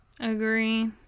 Agree